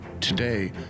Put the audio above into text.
Today